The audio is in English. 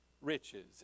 riches